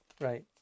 Right